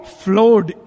flowed